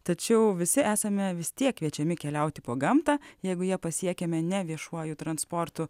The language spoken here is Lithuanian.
tačiau visi esame vis tiek kviečiami keliauti po gamtą jeigu jie pasiekiame ne viešuoju transportu